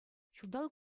ҫулталӑк